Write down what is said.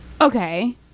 Okay